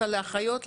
לאחיות,